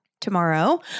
tomorrow